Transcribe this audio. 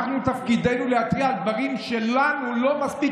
תפקידנו להתריע על דברים שלנו לא מספיק